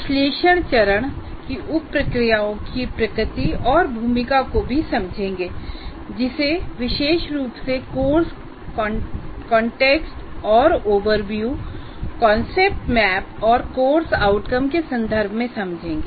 विश्लेषण चरण की उप प्रक्रियाओं की प्रकृति और भूमिका को भी समझेंगेजिसे विशेष रूप से कोर्स कॉन्टेक्स्ट और ओवरव्यू कांसेप्ट मैप और कोर्स आउटकम के संदर्भ में समझेंगे